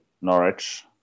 Norwich